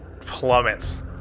Plummets